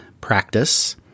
practice